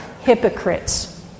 hypocrites